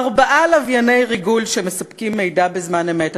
ארבעה לווייני ריגול שמספקים מידע בזמן אמת,